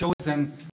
chosen